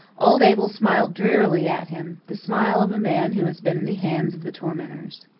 old abel smiled drearily at him the smile of a man who has been in the hands of the tormentors.